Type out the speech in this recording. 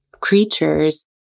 creatures